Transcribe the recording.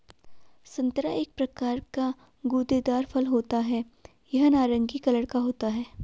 संतरा एक प्रकार का गूदेदार फल होता है यह नारंगी कलर का होता है